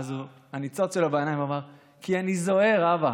ואז הניצוץ שלו בעיניים אמר: כי אני זוהר, אבא.